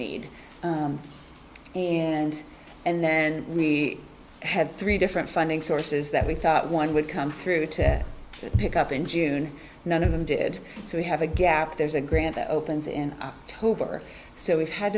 need and and then we had three different funding sources that we thought one would come through to pick up in june none of them did so we have a gap there's a grant that opens in october so we've had